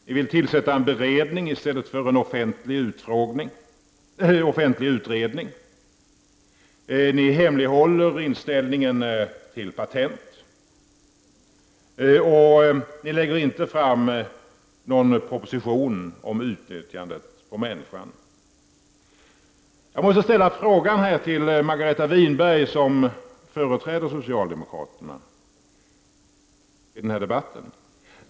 De vill tillsätta en beredning i stället för en offentlig utredning. De hemlighåller sin inställning till patent, och regeringen lägger inte fram någon proposition om genteknikens utnyttjande på människan. Jag vill ställa en fråga till Margareta Winberg som är socialdemokraternas företrädare i den här debatten.